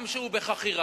גם כשהוא בחכירה,